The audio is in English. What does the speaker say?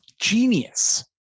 Genius